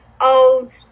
old